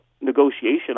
negotiation